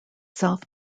south